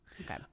Okay